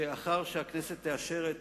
שאחרי שהכנסת תאשר את